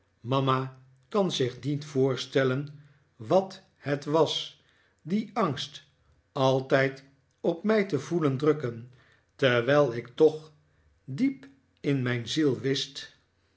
mama kan zich niet voorstellen wat het was dien angst altijd op mij te voelen drukken terwijl ik toch diep in mijn ziel wist